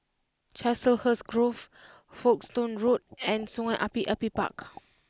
Chiselhurst Grove Folkestone Road and Sungei Api Api Park